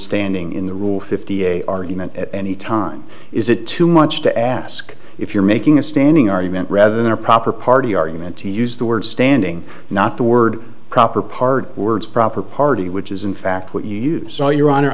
standing in the rule fifty eight argument at any time is it too much to ask if you're making a standing argument rather than a proper party argument to use the word standing not the word proper card words proper party which is in fact what you use all your hon